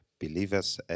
Believers